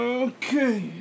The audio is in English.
Okay